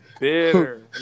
bitter